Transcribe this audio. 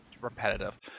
repetitive